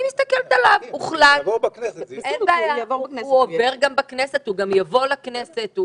הוא עובר גם בכנסת, הוא גם יבוא לכנסת.